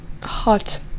hot